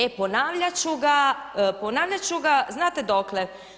E ponavljat ću ga, ponavljat ću ga znate dokle?